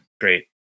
great